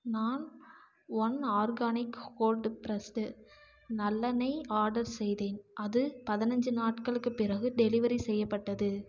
நான் one organic cold pressed நல்லெண்ணெய் order செய்தேன் அது பதினைஞ்சி நாட்களுக்குப் பிறகு டெலிவரி செய்யப்பட்டது